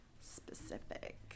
specific